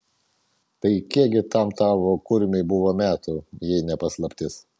tai kiek gi tam tavo kurmiui buvo metų jei ne paslaptis